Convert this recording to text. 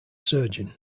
surgeon